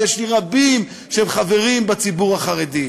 ויש לי חברים רבים בציבור החרדי.